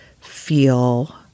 feel